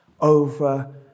over